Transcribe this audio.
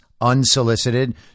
unsolicited